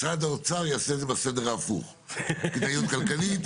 שמשרד האוצר יעשה את זה בסדר ההפוך: כדאיות כלכלית,